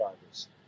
drivers